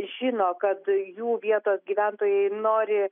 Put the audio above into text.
žino kad jų vietos gyventojai nori